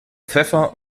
pfeffer